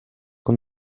con